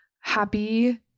happy